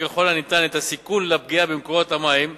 ככל הניתן את הסיכון של פגיעה במקורות המים,